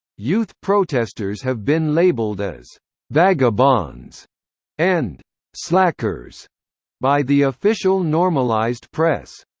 youth protesters have been labeled as vagabonds and slackers by the official normalized press.